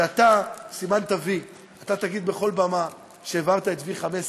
שאתה סימנת וי, ואתה תגיד בכל במה שהעברת את V15,